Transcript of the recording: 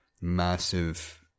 massive